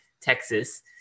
texas